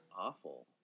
Awful